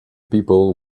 people